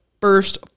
first